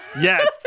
Yes